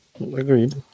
Agreed